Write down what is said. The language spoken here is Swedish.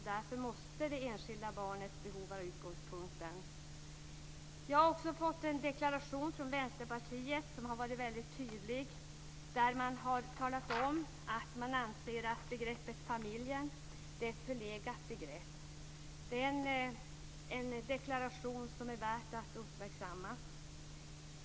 Därför måste det enskilda barnets behov vara utgångspunkten. Jag har också fått en deklaration från Vänsterpartiet som är väldigt tydlig. Man har där talat om att man anser att familjebegreppet är ett förlegat begrepp. Det är en deklaration som är värd att uppmärksammas.